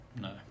No